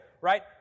right